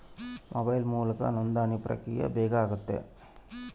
mobile ಮೂಲಕ ನೋಂದಣಿ ಪ್ರಕ್ರಿಯೆ ಬೇಗ ಆತತೆ